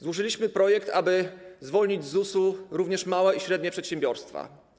Złożyliśmy projekt, aby zwolnić z ZUS-u również małe i średnie przedsiębiorstwa.